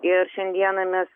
ir šiandieną mes